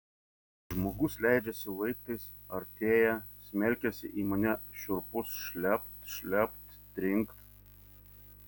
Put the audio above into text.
žmogus leidžiasi laiptais artėja smelkiasi į mane šiurpus šlept šlept trinkt